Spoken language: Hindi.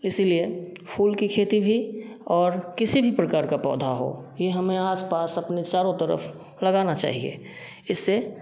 इसलिए फूल की खेती भी और किसी भी प्रकार का पौधा हो ये हमें आस पास अपने चारों तरफ लगाना चाहिए इससे